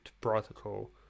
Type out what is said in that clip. protocol